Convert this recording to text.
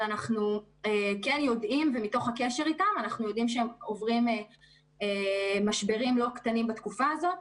אנחנו יודעים מתוך הקשר איתם שהם עוברים משברים לא קטנים בתקופה הזאת.